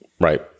Right